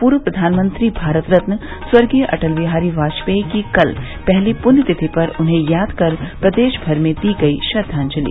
पूर्व प्रधानमंत्री भारत रत्न स्वर्गीय अटल बिहारी वाजपेई की कल पहली पुण्य पर तिथि पर उन्हें याद कर प्रदेश भर में दी गई श्रद्वाजलि